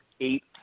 eight